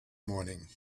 morning